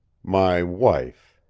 my wife.